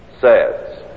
says